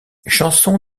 chanson